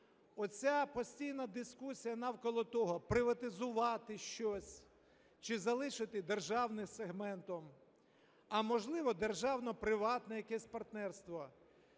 Оця постійна дискусія навколо того, приватизувати щось чи залишити державним сегментом, а, можливо, державно-приватне якесь партнерство,